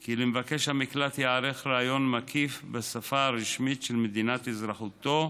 כי למבקש המקלט ייערך ריאיון מקיף בשפה הרשמית של מדינת אזרחותו,